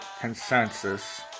consensus